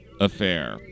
affair